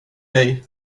dig